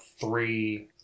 three